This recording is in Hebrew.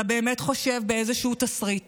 אתה באמת חושב באיזשהו תסריט